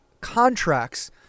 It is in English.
contracts